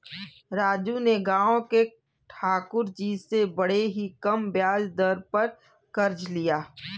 राजू ने गांव के ठाकुर जी से बड़े ही कम ब्याज दर पर कर्ज लिया